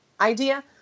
idea